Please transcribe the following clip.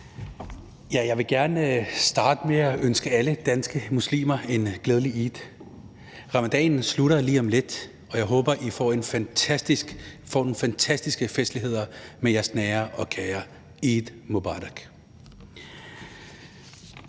Jeg vil gerne starte med at ønske alle danske muslimer en glædelig eid. Ramadanen slutter lige om lidt, og jeg håber, I får nogle fantastiske festligheder med jeres nære og kære. Eid mubarak!